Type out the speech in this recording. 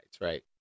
right